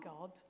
God